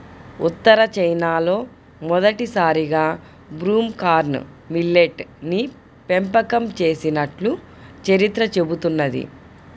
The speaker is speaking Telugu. ఉత్తర చైనాలో మొదటిసారిగా బ్రూమ్ కార్న్ మిల్లెట్ ని పెంపకం చేసినట్లు చరిత్ర చెబుతున్నది